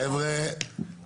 חבר'ה,